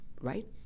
right